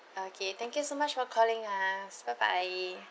okay thank you so much for calling us bye bye